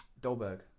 Dolberg